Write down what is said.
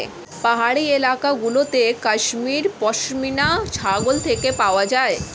পাহাড়ি এলাকা গুলোতে কাশ্মীর পশমিনা ছাগল থেকে পাওয়া যায়